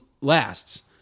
lasts